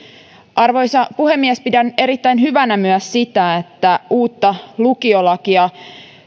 arvoisa puhemies pidän erittäin hyvänä myös sitä että uutta lukiolakia